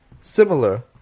similar